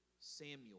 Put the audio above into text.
Samuel